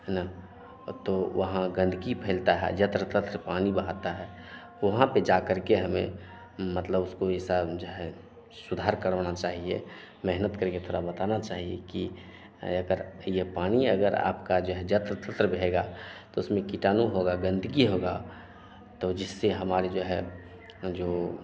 है न तो वहाँ गंदगी फैलती है जत्र तत्र पानी बहता है वहाँ पर जाकर के हमें मतलब उसको इ सब जो है सुधार करवाना चाहिए मेहनत करके थोड़ा बताना चाहिए कि ये कर यह पानी अगर आपका जो है जत्र तत्र बहेगा तो उसमें किटाणु होगा गंदगी होगी तो जिससे हमारे जो है जो